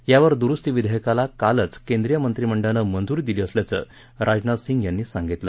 यावर दुरूस्ती विधेयकाला कालच केंद्रीय मंत्रिमंडळानं मंजुरी दिली असल्याच राजनाथ सिंग यांनी सांगितलं